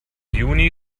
juni